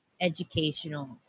educational